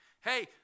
hey